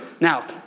Now